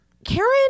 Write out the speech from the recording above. Karen